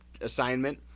assignment